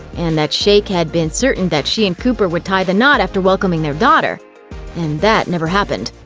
and that shayk had been certain that she and cooper would tie the knot after welcoming their daughter and that never happened.